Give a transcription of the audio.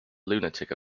lunatic